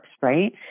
right